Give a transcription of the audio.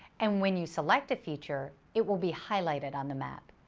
and when you select a feature, it will be highlighted on the map.